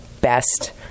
best